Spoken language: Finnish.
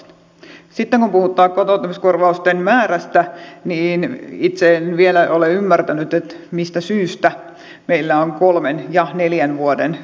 sitten kun puhutaan kotoutumiskorvausten määrästä niin itse en vielä ole ymmärtänyt mistä syystä meillä on kolmen ja neljän vuoden